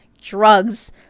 drugs